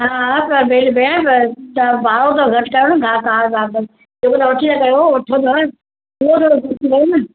हा हा पर त भेण भेण तव्हां भाव त घटि कयो न